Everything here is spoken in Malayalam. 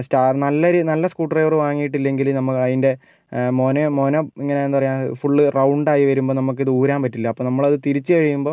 സ്റ്റാർ നല്ലൊരു നല്ലൊരു സ്ക്രൂ ഡ്രൈവർ വാങ്ങീട്ടില്ലെങ്കിൽ നമുക്കതിൻ്റെ മൊനാ മൊന അതിൻ്റെ എന്താ പറയാ ഫുള്ള് റൗണ്ട് ആയി വരുമ്പോൾ നമുക്കത് ഊരാൻ പറ്റില്ല അപ്പോൾ നമ്മളത് തിരിച്ച് കഴിയുമ്പം